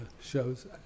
shows